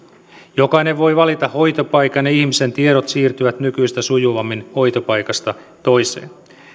jokainen voi valita hoitopaikan ja ihmisen tiedot siirtyvät nykyistä sujuvammin hoitopaikasta toiseen